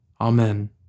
Amen